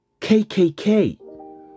KKK